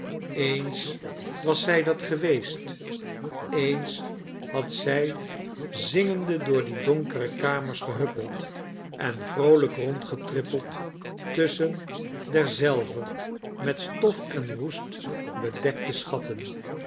eens was zij dat geweest eens had zij zingende door die donkere kamers gehuppeld en vroolijk rondgetrippeld tusschen derzelver met stof ea roest bedekte schatten